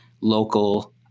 local